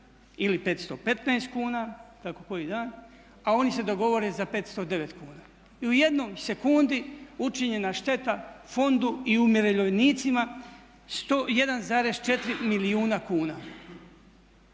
ili 515 kuna, kako koji dan a oni se dogovore za 509 kuna. I u jednoj sekundi učinjena šteta fondu i umirovljenicima 101,4 milijuna kuna.